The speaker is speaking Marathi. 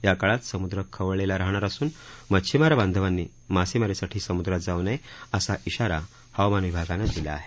या काळात समुद्र खवळलेला राहणार असून मच्छिमार बांधवांनी मासेमारीसाठी सम्द्रात जाऊ नये असा इशारा हवामान विभागानं दिला आहे